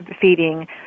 feeding